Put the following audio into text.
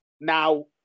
Now